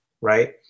right